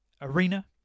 arena